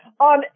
On